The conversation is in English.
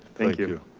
thank you.